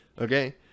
okay